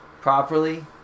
properly